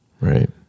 Right